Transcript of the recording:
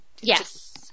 Yes